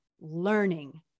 learning